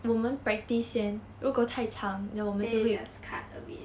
then you just cut a bit